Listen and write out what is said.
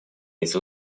этих